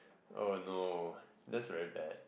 oh no that's very bad